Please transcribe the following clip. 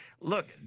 Look